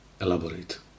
Elaborate